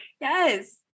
yes